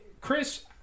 Chris